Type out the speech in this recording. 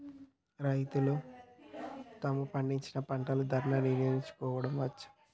రైతులు తాము పండించిన పంట ధర నిర్ణయించుకోవచ్చా?